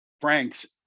frank's